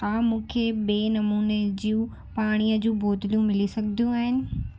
छा मूंखे ॿिए नमूने जूं पाणीअ जूं बोतलूं मिली सघंदियूं आहिनि